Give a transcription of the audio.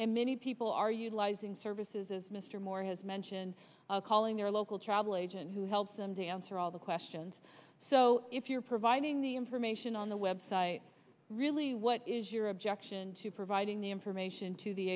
and many people are utilizing services as mr moore has mentioned calling your local travel agent who helps them to answer all the questions so if you're providing the information on the web site really what is your objection to providing the information to the